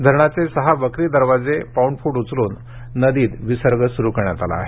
धरणाचे सहा वक्री दरवाजे पाऊंण फुट उचलून नदीत विसर्ग सुरु करण्यात आला आहे